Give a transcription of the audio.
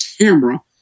camera